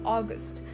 August